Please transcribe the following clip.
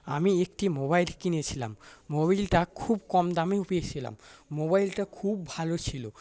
আমি একটি মোবাইল কিনেছিলাম মোবিলটা খুব কম দামেও পেয়েছিলাম মোবাইলটা খুব ভালো ছিল